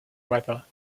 weather